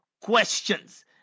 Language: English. Questions